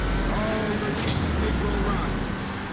in all the recent negro riots.